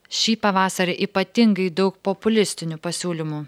šį pavasarį ypatingai daug populistinių pasiūlymų